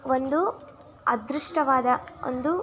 ಒಂದು ಅದೃಷ್ಟವಾದ ಒಂದು